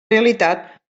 realitat